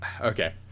okay